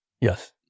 Yes